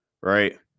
right